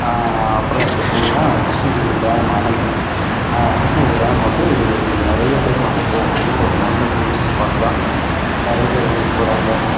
அப்புறம் எடுத்துக்கிட்டீங்கன்னால் கிருஷ்ணகிரி டேம் அணை கிருஷ்ணகிரி டேம் வந்து நிறைய பேர் வந்து போகக்கூடிய ஒரு நல்ல டூரிஸ்ட் ஸ்பாட்டு தான் நிறைய பேர் வந்துட்டு போகிறாங்க